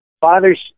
fathers